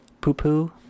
poo-poo